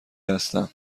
هستم